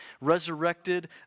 resurrected